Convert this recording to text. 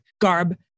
garb